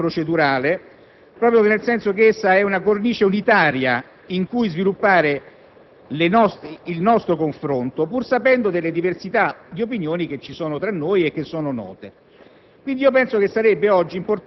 di una risoluzione di carattere procedurale, nel senso che rappresenta una cornice unitaria in cui sviluppare il nostro confronto, pur conoscendo le diversità di opinioni che ci sono tra noi e che sono note.